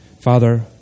Father